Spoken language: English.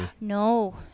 No